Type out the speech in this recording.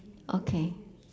okay